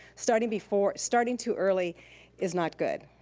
starting before, starting too early is not good.